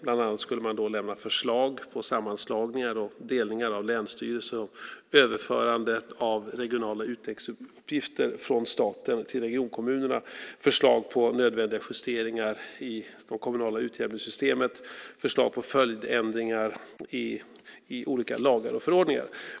Bland annat skulle man då lämna förslag på sammanslagningar och delningar av länsstyrelser och överförandet av regionala utvecklingsuppgifter från staten till regionkommunerna, förslag på nödvändiga justeringar i det kommunala utjämningssystemet, förslag på följdändringar i olika lagar och förordningar.